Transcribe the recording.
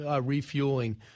refueling